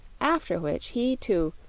after which he, too,